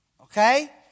okay